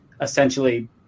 essentially